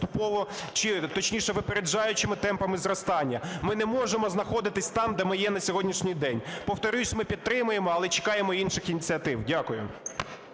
поступово… чи, точніше, випереджаючими темпами зростання. Ми не можемо знаходитися там, де ми є на сьогоднішній день. Повторюся, ми підтримуємо, але чекаємо інших ініціатив. Дякую.